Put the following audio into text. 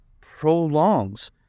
prolongs